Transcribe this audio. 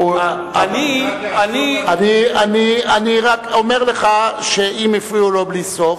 אני רק אומר לך שאם הפריעו לו בלי סוף,